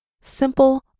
simple